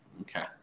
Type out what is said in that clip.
Okay